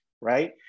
right